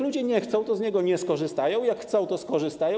ludzie nie chcą, to z niego nie skorzystają, jak chcą, to skorzystają.